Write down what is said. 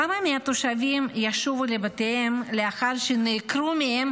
כמה מהתושבים ישובו לבתיהם לאחר שנעקרו מהם